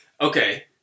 Okay